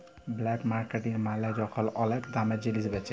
black marketing মালে যখল ওলেক দামে জিলিস বেঁচে